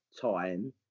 time